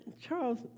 Charles